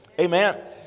Amen